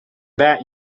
that